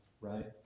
right